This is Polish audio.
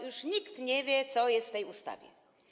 Już nikt nie wie, co jest w tej ustawie.